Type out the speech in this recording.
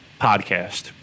podcast